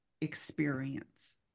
experience